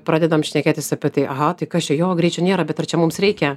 pradedam šnekėtis apie tai aha tai kas čia jo greičio nėra bet ar čia mums reikia